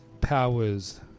powers